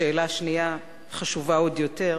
2. שאלה שנייה חשובה עוד יותר,